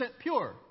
pure